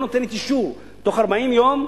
לא נותנת אישור תוך 40 יום,